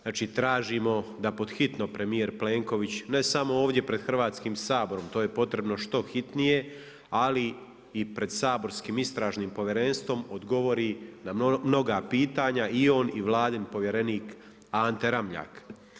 Znači tražimo da pod hitno premijer Plenković, ne samo ovdje pred Hrvatskim saborom, to je potrebno što hitnije, ali i pred saborskim Istražnim povjerenstvom odgovori na mnoga pitanja i on i vladin povjerenik Ante Ramljak.